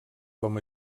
com